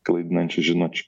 klaidinančių žinučių